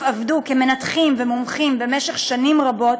עבדו כמנתחים ומומחים במשך שנים רבות,